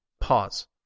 pause